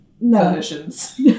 versions